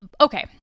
okay